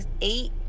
eight